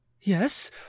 yes